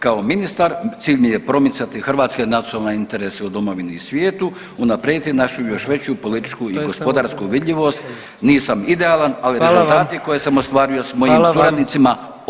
Kao ministar cilj mi je promicati hrvatske nacionalne interese u domovini i svijetu, unaprijediti našu još veću politiku i gospodarsku vidljivost, nisam idealan ali rezultati [[Upadica: Hvala vam.]] koje sam ostvario s mojim suradnicima [[Upadica: Hvala vam.]] očiti su.